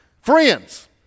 friends